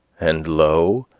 and lo,